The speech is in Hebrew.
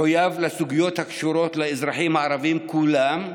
מחויב לסוגיות הקשורות לאזרחים הערבים כולם.